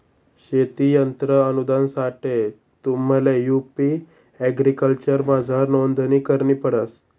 शेती यंत्र अनुदानसाठे तुम्हले यु.पी एग्रीकल्चरमझार नोंदणी करणी पडस